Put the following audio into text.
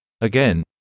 Again